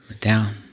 down